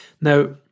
Now